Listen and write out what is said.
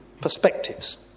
perspectives